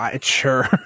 Sure